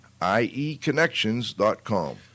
ieconnections.com